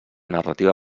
narrativa